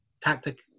tactic